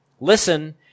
Listen